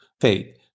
faith